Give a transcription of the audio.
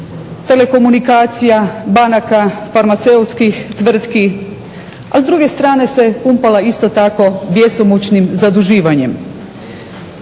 telekomunikacija, banaka, farmaceutskih tvrtki, a s druge strane se pumpala isto tako bjesomučnim zaduživanjem.